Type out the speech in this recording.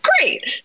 great